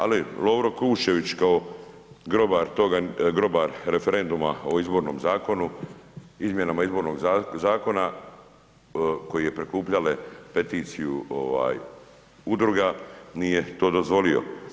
Ali Lovro Kuščević kao grobar toga, grobar referenduma o izbornom zakonu, izmjenama izbornog zakona koji je prikupljale peticiju ovaj udruga nije to dozvolio.